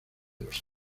los